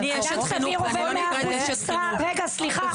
אדם סביר עובד 100% משרה עם